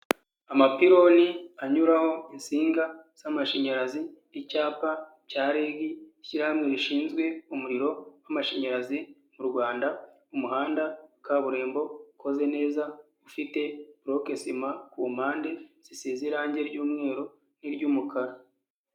Amapironi anyuraho insinga z'amashanyarazi icyapa cya REG, ishyirahamwe rishinzwe umuriro w'amashanyarazi mu Rwanda, umuhanda wa kaburimbo ukoze neza ufite boloke sima ku mpande zisize irangi ry'umweru n'iry'umukara.